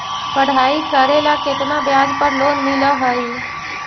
पढाई करेला केतना ब्याज पर लोन मिल हइ?